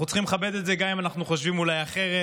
אנחנו צריכים לכבד את זה גם אם אנחנו חושבים אולי אחרת,